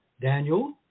Daniel